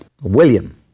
William